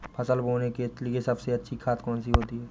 फसल बोने के लिए सबसे अच्छी खाद कौन सी होती है?